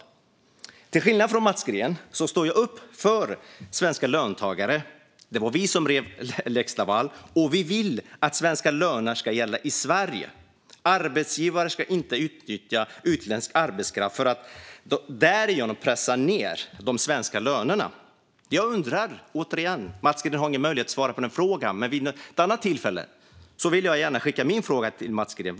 Till skillnad från Mats Green står jag upp för svenska löntagare. Det var vi som rev lex Laval, och vi vill att svenska löner ska gälla i Sverige. Arbetsgivarna ska inte utnyttja utländsk arbetskraft för att därigenom pressa ned de svenska lönerna. Mats Green har ingen möjlighet att svara på frågan, men han kan göra det vid något annat tillfälle. Därför vill jag skicka med en fråga till Mats Green.